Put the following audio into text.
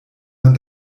man